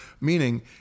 Meaning